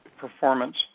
performance